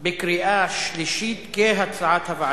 (שירות במשטרה ושירות מוכר) (תיקון מס' 13),